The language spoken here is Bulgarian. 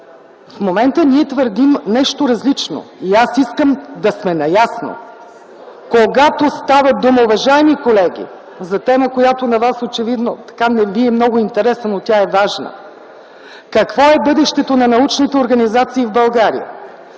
В момента ние твърдим нещо различно. И аз искам да сме наясно! Уважаеми колеги, когато става дума за тема, която на вас очевидно не ви е много интересна, но тя е важна. Какво е бъдещето на научните организации в България,